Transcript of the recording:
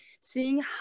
seeing